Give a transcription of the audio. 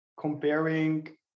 comparing